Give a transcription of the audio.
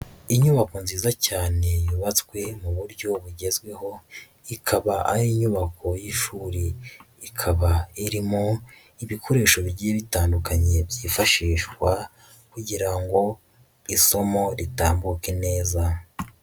Inyubako nziza cyane yubatswe mu buryo bugezweho, ikaba ari inyubako y'ishuri, ikaba irimo ibikoresho bigiye bitandukanye byifashishwa kugira ngo isomo ritambuke neza.